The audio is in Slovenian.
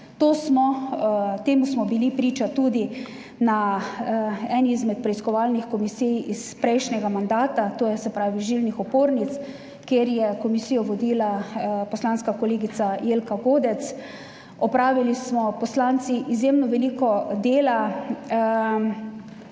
temu smo bili priča tudi na eni izmed preiskovalnih komisij iz prejšnjega mandata, to je, se pravi, žilnih opornic, kjer je komisijo vodila poslanska kolegica Jelka Godec. Opravili smo poslanci izjemno veliko dela,